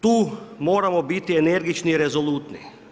Tu moramo biti energični i rezolutni.